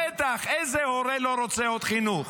בטח, איזה הורה לא רוצה עוד חינוך?